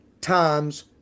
times